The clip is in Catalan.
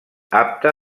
apte